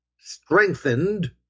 strengthened